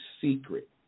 secret